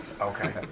Okay